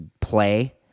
play